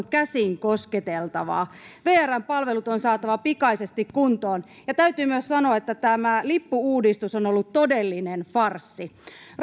käsin kosketeltavaa vrn palvelut on saatava pikaisesti kuntoon ja täytyy myös sanoa että tämä lippu uudistus on ollut todellinen farssi